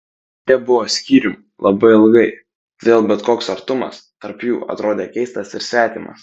jie buvo skyrium labai ilgai todėl bet koks artumas tarp jų atrodė keistas ir svetimas